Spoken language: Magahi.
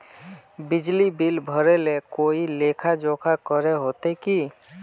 बिजली बिल भरे ले कोई लेखा जोखा करे होते की?